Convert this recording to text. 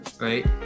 right